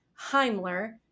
Heimler